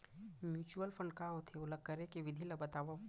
mutual fund का होथे, ओला करे के विधि ला बतावव